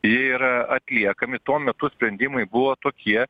yra atliekami tuo metu sprendimai buvo tokie